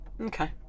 Okay